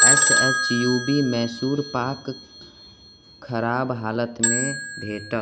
S H U B Mysore pak खराब हालतमे भेटल